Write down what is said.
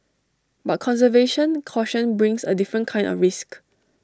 but conservation caution brings A different kind of risk